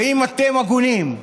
ואם אתם הגונים,